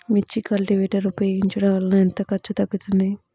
మిర్చి కల్టీవేటర్ ఉపయోగించటం వలన ఎంత ఖర్చు తగ్గుతుంది?